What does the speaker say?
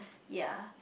ya